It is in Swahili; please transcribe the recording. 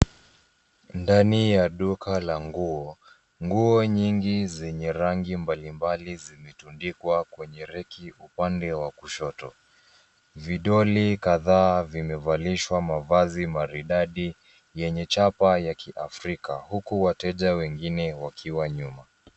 Ndani ya duka la nguo. Nguo nyingi zenye rangi mbalimbali zimetundikwa kwenye reki upande wa kushoto. Vidoli kadhaa vimevalishwa mavazi maridadi yenye chapa ya kiafrika huku wateja wengine wakiwa nyuma.